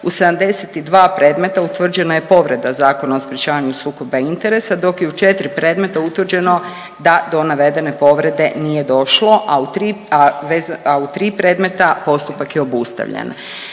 u 72 predmeta utvrđena je povreda Zakona o sprječavanju sukoba interesa, dok je u 4 predmeta utvrđeno da do navedene povrede nije došlo, a u 3, a vezano, a u 3 predmeta postupak je obustavljen.